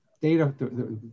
data